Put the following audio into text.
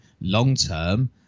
long-term